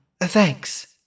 Thanks